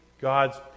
God's